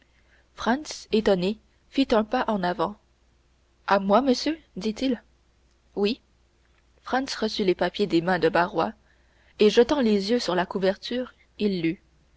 étonné fit un pas en avant à moi monsieur dit-il oui franz reçut les papiers des mains de barrois et jetant les yeux sur la couverture il